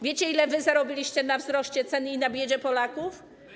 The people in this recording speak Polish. Wiecie, ile wy zarobiliście na wzroście cen i na biedzie Polaków?